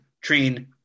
train